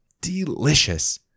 Delicious